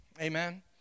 Amen